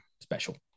special